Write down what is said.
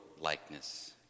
likeness